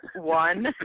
one